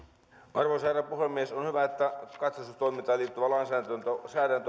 arvoisa herra puhemies on hyvä että katsastustoimintaan liittyvää lainsäädäntöä